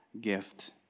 Gift